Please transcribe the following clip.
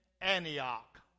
Antioch